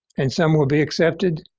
and some will be accepted.